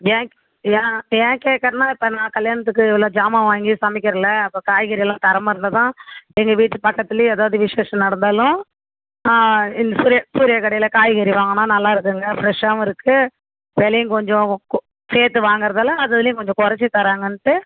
ஏன் ஏன் ஏன் கேட்கறன்னா இப்போ நான் கல்யாணத்துக்கு உள்ள சாமான் வாங்கி சமைக்கிறேல்ல அப்போ காய்கறி எல்லாம் தரமாக இருந்தா தான் எங்கள் வீட்டு பக்கத்துலையும் எதாவது விஷேசம் நடந்தாலும் இந்த சூர்யா சூர்யா கடையில் காய்கறி வாங்கினோம் நல்லா இருக்குங்க ஃபிரெஷ்ஷாகவும் இருக்கு விலையும் கொஞ்சம் கோ சேர்த்து வாங்கறதால அததுலையும் கொஞ்சம் குறச்சி தராங்கன்ட்டு